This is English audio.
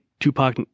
Tupac